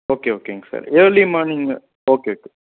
okay ஓகேங்க sir early morning okay okay